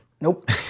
Nope